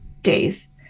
days